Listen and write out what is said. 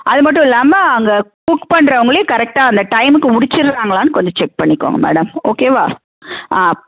அது மட்டும் இல்லாமல் அங்கே குக் பண்ணுறவங்களையும் கரெக்டாக அந்த டைமுக்கு முடிச்சிட்ராங்களான்னு கொஞ்சம் செக் பண்ணிக்கோங்க மேடம் ஓகேவா ஆ